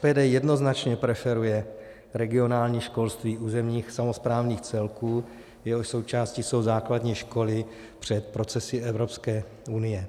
SPD jednoznačně preferuje regionální školství územních samosprávných celků, jehož součástí jsou základní školy, před procesy Evropské unie.